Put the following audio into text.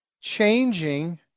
changing